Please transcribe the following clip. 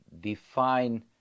define